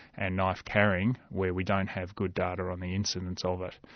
and knife carrying, where we don't have good data on the incidence ah of it,